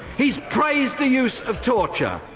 he's praised the use of torture,